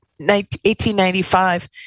1895